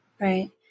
Right